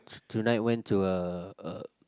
tonight went to a a